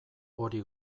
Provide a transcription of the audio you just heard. hori